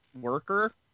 worker